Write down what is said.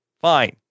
Fine